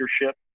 Leadership